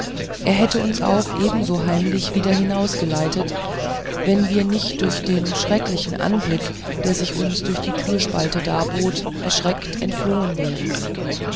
er hätte uns auch ebenso heimlich wieder hinausgeleitet wenn wir nicht durch den schrecklichen anblick der sich uns durch die türspalte darbot erschreckt entflohen wären